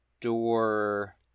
Door